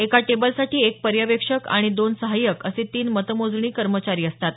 एका टेबलसाठी एक पर्यवेक्षक आणि दोन सहाय्यक असे तीन मतमोजणी कर्मचारी असतात